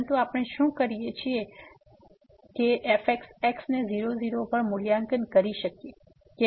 પરંતુ આપણે શું કરી શકીએ છીએ અમે fxx ને 0 0 પર મૂલ્યાંકન કરી શકીએ છીએ